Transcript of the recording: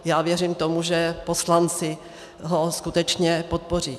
Já věřím tomu, že poslanci ho skutečně podpoří.